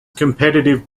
competitive